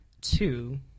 two